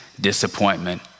disappointment